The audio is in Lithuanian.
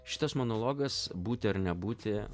šitas monologas būti ar nebūti